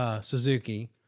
Suzuki